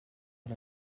von